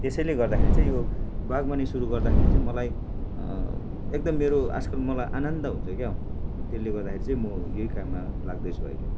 त्यसैले गर्दाखेरि चाहिँ यो बागवानी सुरु गर्दाखेरि चाहिँ मलाई एकदम मेरो आजकल मलाई आनन्द हुन्छ क्या त्यसले गर्दाखेरि चाहिँ म यही काममा लाग्दैछु अहिले